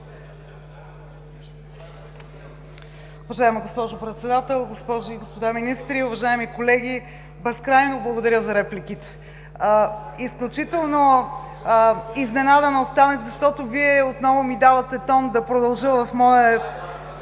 Вие отново ми давате тон да продължа в моя